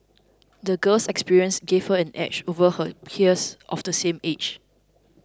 the girl's experiences gave her an edge over her peers of the same age